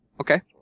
Okay